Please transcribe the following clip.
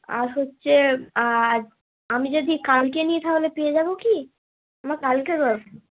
আর হচ্ছে আর আমি যদি কালকে নিই তাহলে পেয়ে যাব কি আমার কালকে দরকার